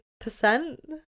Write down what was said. percent